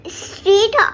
street